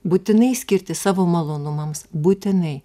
būtinai skirti savo malonumams būtinai